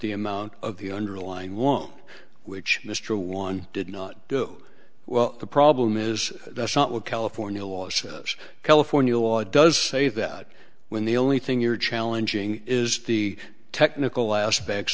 the amount of the underlying want which mr one did not do well the problem is that's not what california law says california law does say that when the only thing you're challenging is the technical aspects